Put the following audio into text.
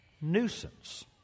nuisance